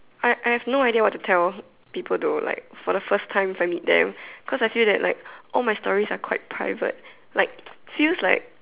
I I have no idea what tell people though like for the first time if I meet them cause I feel that like all my stories are quite private like feels like